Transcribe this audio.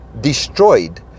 destroyed